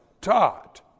taught